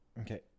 Okay